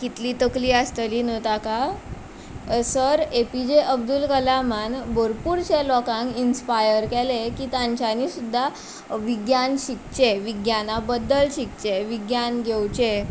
कितली तकली आसतली न्ह ताका सर एपीजे अब्दूल कलामान भरपुरशे लोकांक इन्स्पायर केले की तांच्यानी सुद्दां विज्ञान शिकचें विज्ञाना बद्दल शिकचें विज्ञान घेवचें